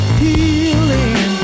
healing